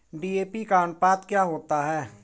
DAP का अनुपात क्या होता है?